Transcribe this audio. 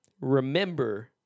Remember